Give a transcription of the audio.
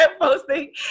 posting